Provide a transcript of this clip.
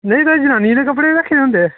नेईं तुसें जनानियें दे कपड़े बी रक्खे दे होंदे